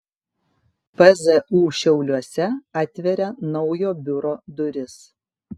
pzu šiauliuose atveria naujo biuro duris